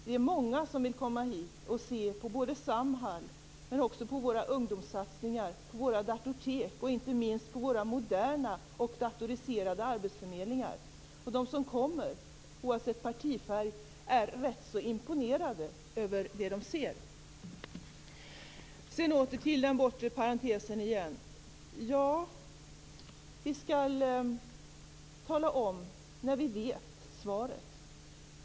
Det är många som vill komma hit och studera Samhall, våra ungdomssatsningar, våra datortek och inte minst våra moderna och datoriserade arbetsförmedlingar. De som kommer är, oavsett partifärg, imponerade över vad de ser. Åter till frågan om den bortre parentesen. Vi skall tala om när vi vet svaret.